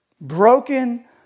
Broken